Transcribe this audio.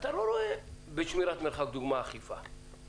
ואתה לא רואה לדוגמה אכיפה בשמירת מרחק.